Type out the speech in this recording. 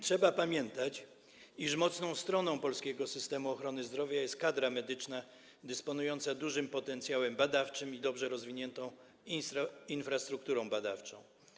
Trzeba pamiętać, iż mocną stroną polskiego systemu ochrony zdrowia jest kadra medyczna dysponująca dużym potencjałem badawczym i dobrze rozwiniętą infrastrukturą badawczą.